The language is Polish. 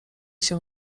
się